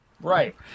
Right